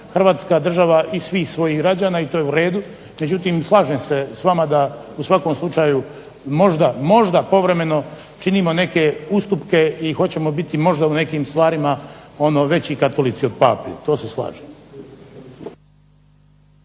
Hrvatska država i svih svojih građana i to je u redu, međutim slažem se s vama da u svakom slučaju možda, možda povremeno činimo neke ustupke i hoćemo biti možda u nekim stvarima ono veći katolici od Pape. To se slažem.